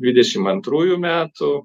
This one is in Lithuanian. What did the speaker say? dvidešim antrųjų metų